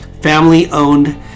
Family-owned